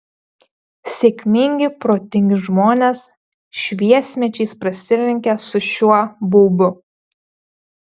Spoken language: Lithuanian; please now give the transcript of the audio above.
sėkmingi protingi žmonės šviesmečiais prasilenkia su šiuo baubu